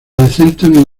adecentan